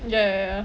ya ya ya